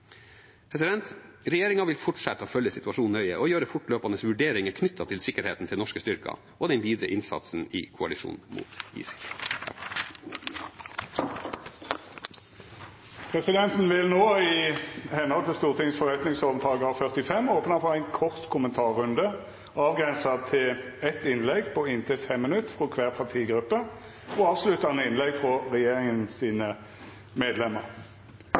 vil fortsette å følge situasjonen nøye og gjøre fortløpende vurderinger knyttet til sikkerheten til norske styrker og den videre innsatsen i koalisjonen mot ISIL: Presidenten vil no, med heimel i Stortingets forretningsorden § 45, opna for ein kort kommentarrunde, avgrensa til eitt innlegg på inntil 5 minutt frå kvar partigruppe og avsluttande innlegg frå regjeringa sine